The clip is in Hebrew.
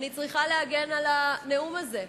אני צריכה להגן על הנאום הזה,